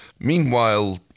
Meanwhile